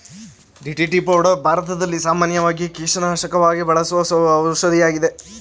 DDT powder ಭಾರತದಲ್ಲಿ ಸಾಮಾನ್ಯವಾಗಿ ಕೀಟನಾಶಕಕ್ಕಾಗಿ ಬಳಸುವ ಔಷಧಿಯಾಗಿದೆ